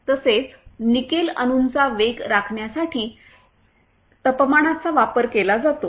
तसेच निकेल अणूंचा वेग राखण्यासाठी तापमानाचा वापर केला जातो